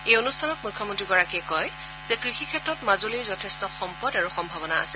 এই অনুষ্ঠানত মুখ্যমন্ত্ৰীয়ে কয় যে কৃষিক্ষেত্ৰত মাজুলীৰ যথেষ্ট সম্পদ আৰু সম্ভাৱনা আছে